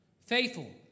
faithful